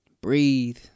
Breathe